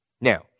Now